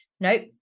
nope